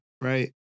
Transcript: right